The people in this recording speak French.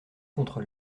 contre